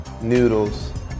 noodles